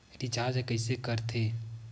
Recharge कइसे कर थे?